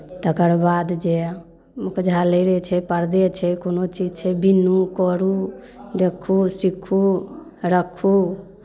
तकर बाद जे मुख्य झालैरे छै परदे छै कोनो चीज छै बिनू करू देखू सीखू रखू